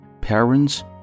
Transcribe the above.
parents